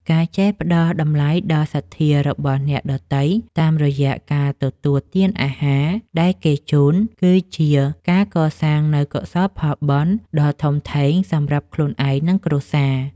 ការចេះផ្តល់តម្លៃដល់សទ្ធារបស់អ្នកដទៃតាមរយៈការទទួលទានអាហារដែលគេជូន គឺជាការកសាងនូវកុសលផលបុណ្យដ៏ធំធេងសម្រាប់ខ្លួនឯង និងគ្រួសារ។